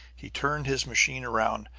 he turned his machine around.